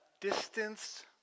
distanced